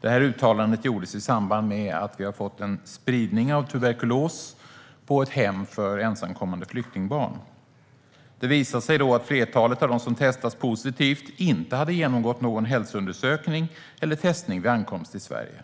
Detta uttalande gjordes i samband med att spridning av tuberkulos upptäckts på ett hem för ensamkommande flyktingbarn. Det visade sig att flertalet av dem som testats positivt inte hade genomgått någon hälsoundersökning eller andra tester vid ankomsten till Sverige.